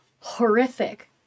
horrific